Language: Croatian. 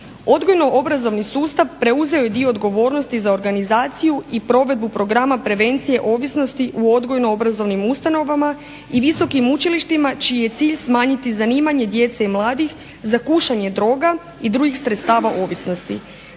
Odgojno-obrazovni sustav preuzeo je dio odgovornosti za organizaciju i provedbu programa prevencije ovisnosti u odgojno-obrazovnim ustanovama, i visokim učilištima čiji je cilj smanjiti zanimanje djece i mladih za kušanje droga i drugih sredstava ovisnosti.